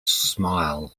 smile